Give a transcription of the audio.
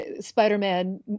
Spider-Man